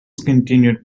discontinued